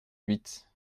huit